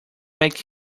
makes